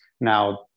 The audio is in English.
now